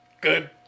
good